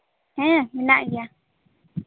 ᱦᱮᱸ ᱢᱮᱱᱟᱜ ᱜᱮᱭᱟ